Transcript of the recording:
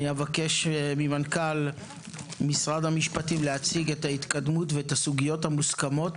אני אבקש ממנכ"ל משרד המשפטים להציג את ההתקדמות ואת הסוגיות המוסכמות.